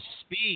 speak